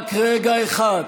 רק רגע אחד.